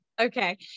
Okay